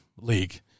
league